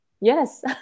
Yes